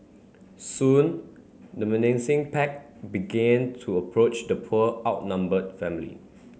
soon the menacing pack began to approach the poor outnumbered family